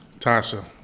Tasha